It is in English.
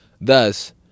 Thus